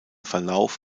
verlauf